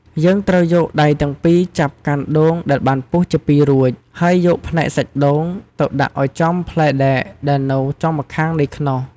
យើងត្រូវយកដៃទាំងពីរចាប់កាន់ដូងដែលបានពុះជាពីររួច ហើយយកផ្នែកសាច់ដូងទៅដាក់ឱ្យចំផ្លែដែកដែលនៅចុងម្ខាងនៃខ្នោស។